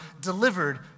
delivered